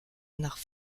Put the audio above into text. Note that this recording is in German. nach